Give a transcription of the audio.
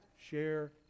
share